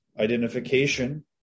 identification